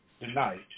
tonight